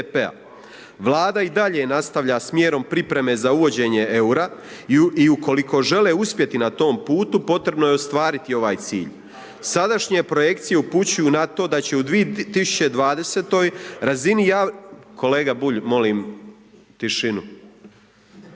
Vlada i dalje nastavlja s mjerom pripreme za uvođenje eura i ukoliko žele uspjeti na tom putu potrebno je ostvariti ovaj cilj. Sadašnje projekcije upućuju na to da će u 2020. razini – kolega Bulj molim tišinu